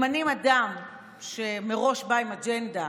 ממנים אדם שמראש בא עם אג'נדה.